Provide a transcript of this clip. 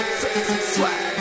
swag